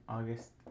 August